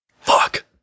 Fuck